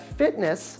fitness